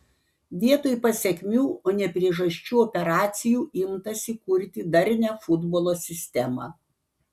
vietoj pasekmių o ne priežasčių operacijų imtasi kurti darnią futbolo sistemą